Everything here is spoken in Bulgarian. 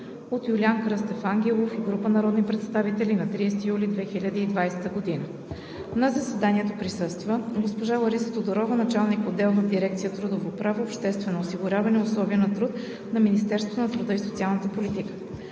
от Юлиан Кръстев Ангелов и група народни представители на 30 юли 2020 г. На заседанието присъства госпожа Лариса Тодорова – началник-отдел в дирекция „Трудово право, обществено осигуряване и условия на труд“ на Министерството на труда и социалната политика.